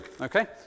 okay